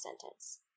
sentence